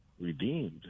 redeemed